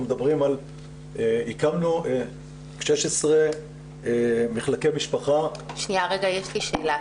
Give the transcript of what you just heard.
הקמנו 16 מחלקי משפחה --- יש לי שאלה.